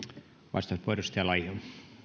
arvoisa